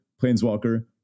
Planeswalker